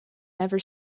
never